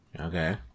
Okay